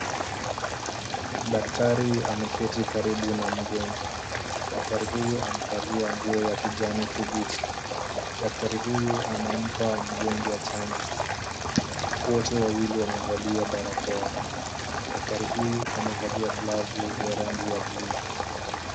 Daktari ameketi karibu na mgonjwa. Daktari huyu amevalia nguo ya kijani kibichi. Daktari huyu anampa mgonjwa chanjo. Wote wawili wamevalia barakoa. Daktari huyu amevalia glavu ya rangi ya blue .